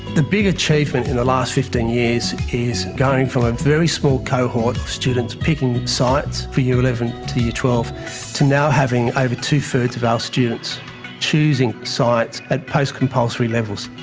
the big achievement in the last fifteen years is going from a very small cohort of students picking science for year eleven to year twelve to now having over two-thirds of our students choosing science at post-compulsory levels.